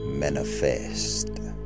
manifest